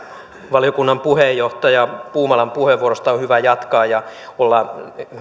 valiokunnan puheenjohtaja puumalan puheenvuorosta on hyvä jatkaa ja olemme